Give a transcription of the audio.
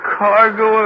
cargo